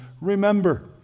remember